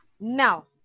Now